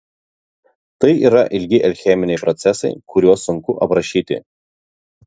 tai yra ilgi alcheminiai procesai kuriuos sunku aprašyti